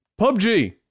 pubg